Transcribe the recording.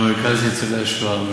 ברשות לזכויות ניצולי השואה,